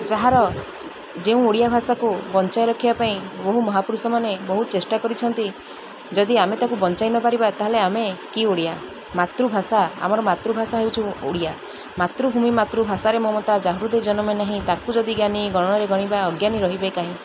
ଯାହାର ଯେଉଁ ଓଡ଼ିଆ ଭାଷାକୁ ବଞ୍ଚାଇ ରଖିବା ପାଇଁ ବହୁ ମହାପୁରୁଷମାନେ ବହୁତ ଚେଷ୍ଟା କରିଛନ୍ତି ଯଦି ଆମେ ତାକୁ ବଞ୍ଚାଇ ନ ପାରିବା ତା'ହେଲେ ଆମେ କି ଓଡ଼ିଆ ମାତୃଭାଷା ଆମର ମାତୃଭାଷା ହେଉଚୁ ଓଡ଼ିଆ ମାତୃଭୂମି ମାତୃଭାଷାରେ ମୋ ମତା ଜାହୁୃଦୟ ଜନ୍ମେ ନାହିଁ ତାକୁ ଯଦି ଜ୍ଞାନୀ ଗଣାରେ ଗଣିବା ଅଜ୍ଞାନ ରହେ କାହିଁ